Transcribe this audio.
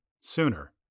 sooner